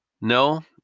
no